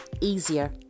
easier